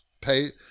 pay